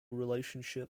relationship